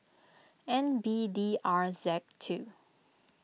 N B D R Z two